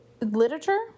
literature